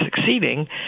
succeeding